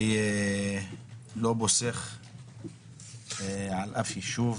זה לא פוסח על אף ישוב,